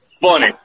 funny